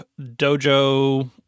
Dojo